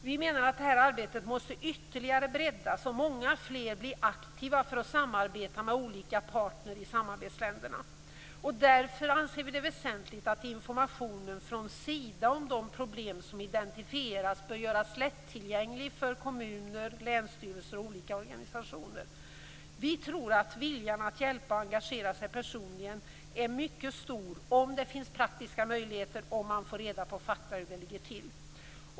Vi menar att det arbetet måste ytterligare breddas och många fler bli aktiva för att samarbeta med olika partner i samarbetsländerna. Därför anser vi det väsentlig att informationen från Sida om de problem som identifierats bör göras lättillgänglig för kommuner, länsstyrelser och olika organisationer. Vi tror att viljan att hjälpa och engagera sig personligen är mycket stor, om det finns praktiska möjligheter och om man får reda på hur fakta ligger till.